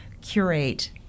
curate